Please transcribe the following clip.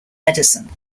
medicine